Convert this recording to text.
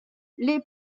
les